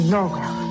Norwell